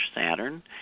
Saturn